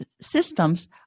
systems